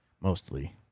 mostly